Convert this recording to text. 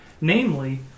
Namely